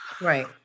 Right